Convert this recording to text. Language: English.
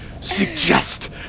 suggest